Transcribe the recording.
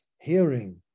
hearing